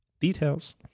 details